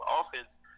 offense